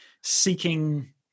seeking